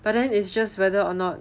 but then it's just whether or not